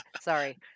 sorry